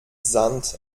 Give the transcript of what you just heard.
sand